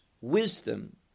wisdom